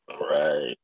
Right